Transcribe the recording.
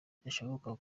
bidashoboka